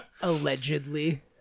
Allegedly